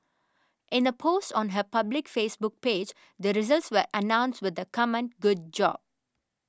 in a post on her public Facebook page the results were announced with the comment good job